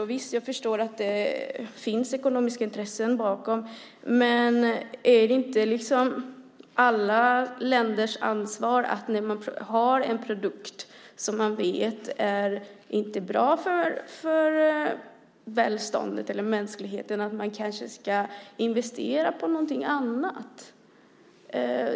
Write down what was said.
Jag kan förstå att det finns ekonomiska intressen bakom, men är det inte alla länders ansvar när man har en produkt som man vet inte är bra för välståndet eller mänskligheten att investera i någonting annat?